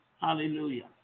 Hallelujah